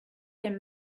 him